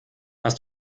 hast